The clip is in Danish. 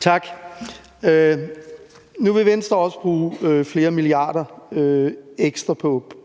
Tak. Nu vil Venstre også bruge flere milliarder ekstra